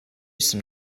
some